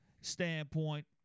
standpoint